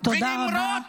תודה רבה.